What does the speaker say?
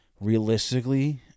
Realistically